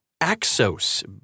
Axos